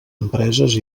empreses